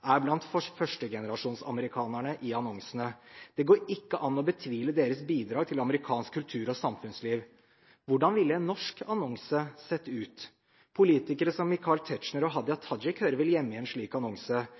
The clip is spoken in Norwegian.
er blant førstegenerajonsamerikanerne i annonsene. Det går ikke an å betvile deres bidrag til amerikansk kultur- og samfunnsliv. Hvordan ville en norsk versjon sett ut? Politikere som Michael Tetzschner og Hadia Tajik hører vel hjemme i en slik annonse,